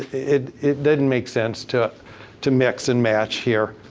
it it didn't make sense to to mix and match here.